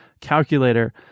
calculator